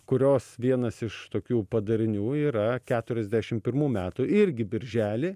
kurios vienas iš tokių padarinių yra keturiasdešim pirmų metų irgi birželį